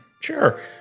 Sure